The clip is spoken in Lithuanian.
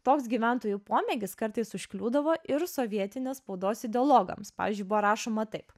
toks gyventojų pomėgis kartais užkliūdavo ir sovietinės spaudos ideologams pavyzdžiui buvo rašoma taip